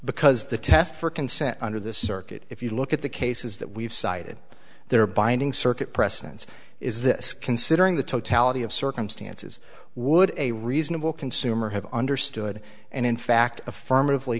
because the test for consent under this circuit if you look at the cases that we've cited there are binding circuit precedents is this considering the totality of circumstances would a reasonable consumer have understood and in fact affirmative